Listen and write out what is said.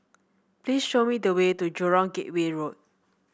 please show me the way to Jurong Gateway Road